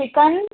chicken